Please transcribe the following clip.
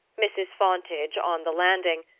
mrs. fontage, on the landing,